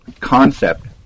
concept